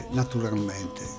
naturalmente